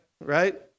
right